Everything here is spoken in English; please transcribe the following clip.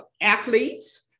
athletes